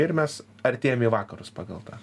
ir mes artėjam į vakarus pagal tą